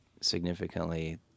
significantly